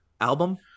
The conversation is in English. album